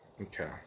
Okay